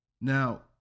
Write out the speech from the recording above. Now